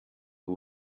who